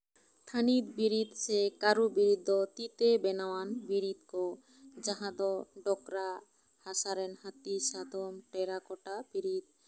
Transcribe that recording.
ᱛᱷᱟᱹᱱᱤᱛ ᱵᱤᱨᱤᱫ ᱥᱮ ᱠᱟᱨᱩ ᱵᱤᱨᱤᱫ ᱫᱚ ᱛᱤ ᱛᱮ ᱵᱮᱱᱟᱣᱟᱱ ᱵᱤᱨᱤᱫ ᱠᱚ ᱡᱟᱦᱟᱸ ᱫᱚ ᱵᱚᱠᱨᱟ ᱦᱟᱥᱟ ᱨᱮᱱ ᱦᱟᱹᱛᱤ ᱥᱟᱫᱚᱢ ᱴᱮᱨᱟᱠᱚᱴᱟ ᱵᱤᱨᱤᱫ